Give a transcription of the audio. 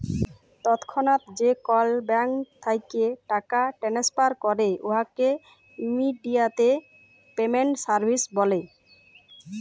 তৎক্ষণাৎ যে কল ব্যাংক থ্যাইকে টাকা টেনেসফার ক্যরে উয়াকে ইমেডিয়াতে পেমেল্ট সার্ভিস ব্যলে